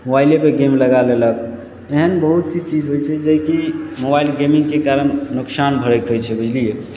मोबाइले पर गेम लगा लेलक एहन बहुत सी चीज होइ छै जेकि मोबाइल गेमिंगके कारण नुकसान होइ छै बुझलियै